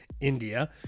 India